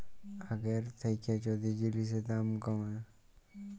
আগের থ্যাইকে যদি জিলিসের দাম ক্যমে